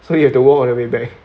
so he had to walk all the way back